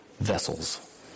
vessels